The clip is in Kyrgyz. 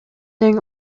тең